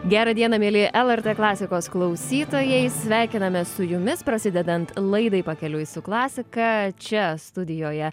gera diena mieli lrt klasikos klausytojai sveikinamės su jumis prasidedant laidai pakeliui su klasika čia studijoje